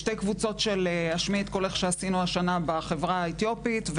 שתי קבוצות של 'השמיעי את קולך' שעשינו השנה בחברה האתיופית,